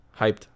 hyped